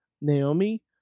Naomi